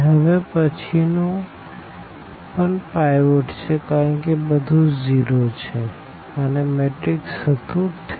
અને હવે પછી નું પણ પાઈવોટ છે કારણ કે બધું ઝીરો છે અને મેટ્રીક્સ હતું 33